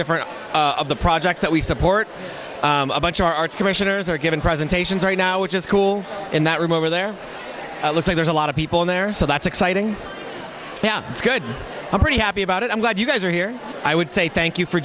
different of the projects that we support a bunch of arts commissioners are giving presentations right now which is cool in that room over there looks like there's a lot of people in there so that's exciting yeah it's good i'm pretty happy about it i'm glad you guys are here i would say thank you for